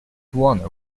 won